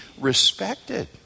respected